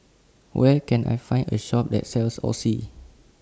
Where Can I Find A Shop that sells Oxy